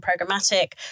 programmatic